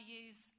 use